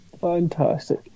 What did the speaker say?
Fantastic